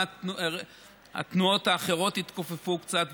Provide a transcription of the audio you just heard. גם התנועות האחרות התכופפו קצת,